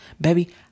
Baby